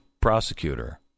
prosecutor